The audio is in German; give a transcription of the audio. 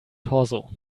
torso